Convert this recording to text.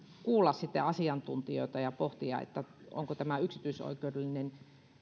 kuulla asiantuntijoita ja pohtia onko tämä yksityisoikeudellinen